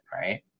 right